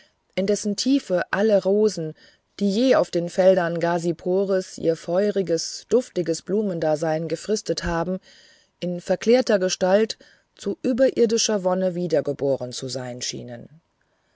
in dessen tiefe alle rosen die je auf den feldern ghazipores ihr feuriges duftiges blumendasein gefristet haben in verklärter gestalt zu überirdischer wonne wiedergeboren zu sein schienen